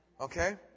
okay